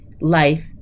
life